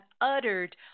uttered